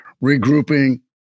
regrouping